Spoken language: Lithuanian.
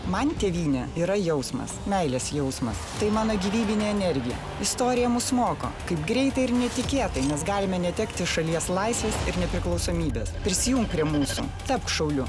man tėvynė yra jausmas meilės jausmas tai mano gyvybinė energija istorija mus moko kaip greitai ir netikėtai mes galime netekti šalies laisvės ir nepriklausomybės prisijunk prie mūsų tapk šauliu